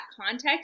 context